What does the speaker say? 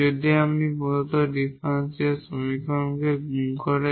যদি আপনি প্রদত্ত ডিফারেনশিয়াল সমীকরণকে গুণ করেন